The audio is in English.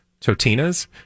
Totina's